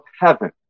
heaven